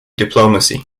diplomacy